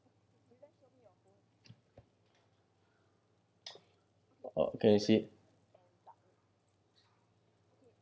oh can see